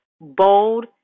Bold